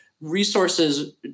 resources